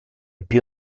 più